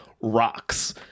rocks